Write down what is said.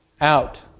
out